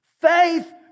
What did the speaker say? Faith